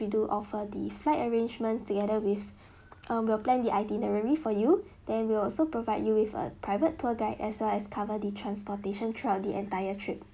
we do offer the flight arrangements together with um we'll your plan the itinerary for you then we'll also provide you with a private tour guide as well as cover the transportation throughout the entire trip